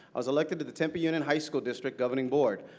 i was elected to the tempe union high school district governing board.